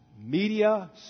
media